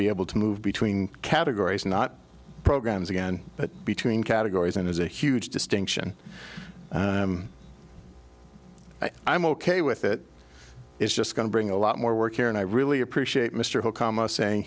be able to move between categories not programs again between categories and is a huge distinction and i'm ok with that it's just going to bring a lot more work here and i really appreciate mr holcombe us saying